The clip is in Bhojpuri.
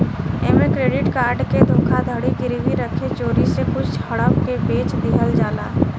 ऐमे क्रेडिट कार्ड के धोखाधड़ी गिरवी रखे चोरी से कुछ हड़प के बेच दिहल जाला